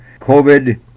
covid